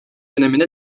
önemine